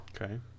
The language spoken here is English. Okay